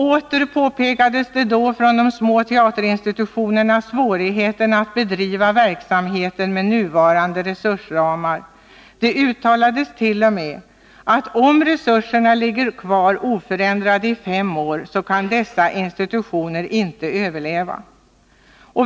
Åter påpekades då från de små teaterinstitutionerna svårigheterna att bedriva verksamheten med nuvarande resursramar. Det uttalades t.o.m. att om resurserna ligger kvar oförändrade i fem år, kan dessa institutioner inte överleva.